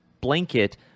blanket